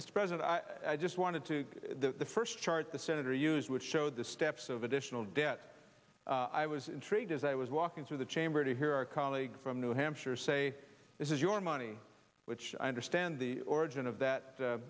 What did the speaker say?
this present i just wanted to the first chart the senator used would show the steps of additional debt i was intrigued as i was walking through the chamber to hear our colleague from new hampshire say this is your money which i understand the origin of that